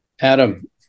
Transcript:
Adam